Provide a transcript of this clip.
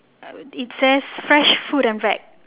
it says fresh fruit and veg